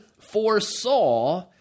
foresaw